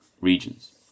regions